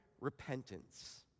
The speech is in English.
repentance